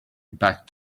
back